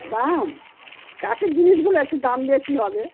দাম কাঠের জিনিসগুলো একটু দাম বেশি হবে